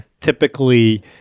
typically